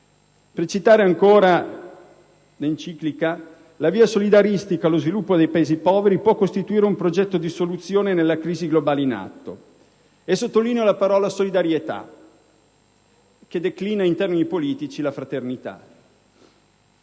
Per citare ancora l'enciclica, la via solidaristica allo sviluppo dei Paesi poveri può costituire un progetto di soluzione nella crisi globale in atto; e sottolineo la parola solidarietà, che declina in termini politici la fraternità.